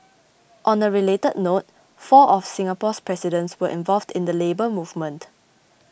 on a related note four of Singapore's presidents were involved in the Labour Movement